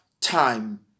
time